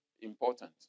important